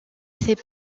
sait